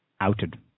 outed